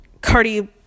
cardi